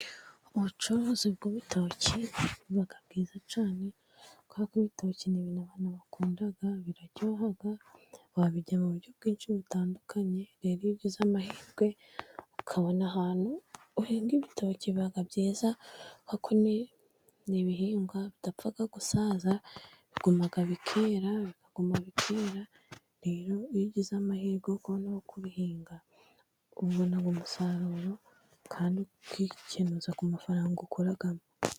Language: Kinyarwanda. Ubucuruzi bw'ibitoki buba bwiza cyane, kubera ko ibitoki ni ibintu abantu bakunda, biraryoha, babirya mu buryo bwinshi butandukanye, rero iyo ugize amahirwe ukabona ahantu uhinga ibitoki biba byiza, kuko ni ibihingwa bidapfa gusaza, biguma bikera, bikaguma bikera, rero iyo ugize amahirwe yo kubona aho kubihinga, ubona umusaruro, kandi ukikenuza ku mafaranga ukuramo.